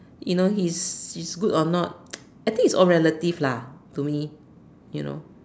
you know he is he is good or not I think it's all relative lah to me you know